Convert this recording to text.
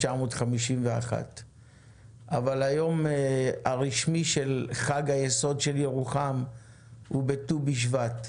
1951. אבל היום הרשמי של חג היסוד של ירוחם הוא בט"ו בשבט,